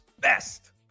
best